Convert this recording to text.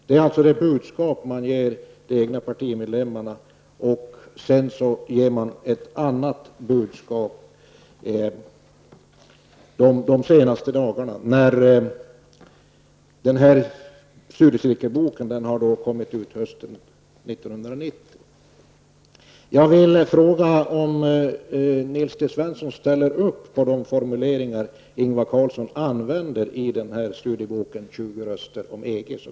Detta budskap ger man alltså de egna partimedlemmarna, och sedan ger man också ett annat budskap. Den här boken, som jag citerade ur, kom ut hösten 1990. Jag vill fråga om Nils T Svensson ställer sig bakom de formuleringar som